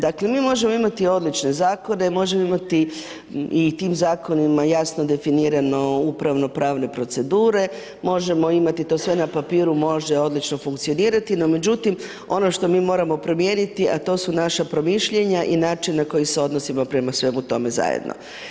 Dakle mi možemo imati odlične zakone, možemo imati i tim zakonima jasno definirano upravno-pravne procedure, možemo imati to sve na papiru, može odlično funkcionirati, no međutim ono što mi moramo promijeniti, a to su naša promišljanja i način na koji se odnosimo prema svemu tome zajedno.